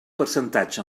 percentatge